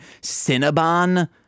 cinnabon